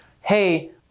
hey